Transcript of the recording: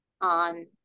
on